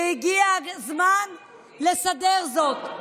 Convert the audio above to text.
והגיע הזמן לסדר זאת.